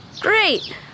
Great